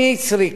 קשה,